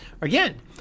again